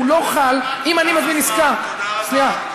הוא לא חל, אם אני מזמין עסקה, תם הזמן, תודה רבה.